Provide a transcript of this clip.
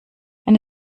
eine